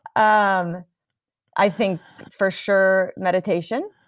um i think for sure meditation,